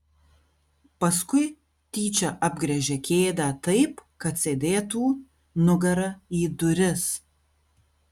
paskui tyčia apgręžė kėdę taip kad sėdėtų nugara į duris